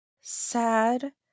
sad